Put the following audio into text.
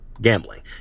gambling